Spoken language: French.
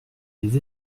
les